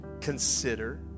consider